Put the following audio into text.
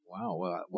Wow